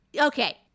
Okay